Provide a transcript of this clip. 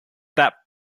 that